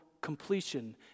completion